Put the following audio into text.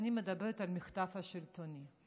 ואני מדברת על המחטף השלטוני.